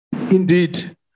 indeed